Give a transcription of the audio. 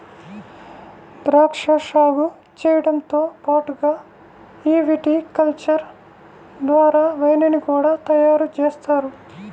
ద్రాక్షా సాగు చేయడంతో పాటుగా ఈ విటికల్చర్ ద్వారా వైన్ ని కూడా తయారుజేస్తారు